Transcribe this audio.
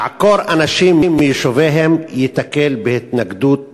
לעקור אנשים מיישוביהם, תיתקל בהתנגדות טבעית,